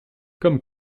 comme